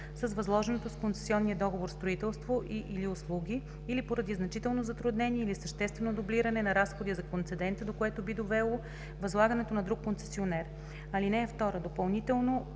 с възложеното с концесионния договор строителство и/или услуги, или поради значително затруднение или съществено дублиране на разходи за концедента, до което би довело възлагането на друг концесионер. (2) Допълнително